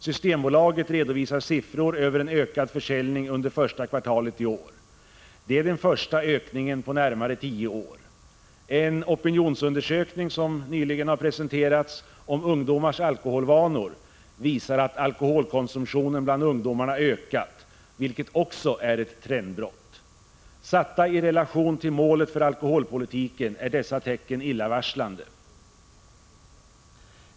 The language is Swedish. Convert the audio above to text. Systembolaget redovisar siffror över en ökad försäljning under första kvartalet i år. Det är den första ökningen på närmare tio år. En opinionsundersökning som nyligen har presenterats om ungdomars alkoholvanor visar att alkoholkonsumtionen bland ungdomarna ökat, vilket också är ett trendbrott. Satta i relation till målet för alkoholpolitiken är dessa tecken illavarslande.